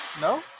No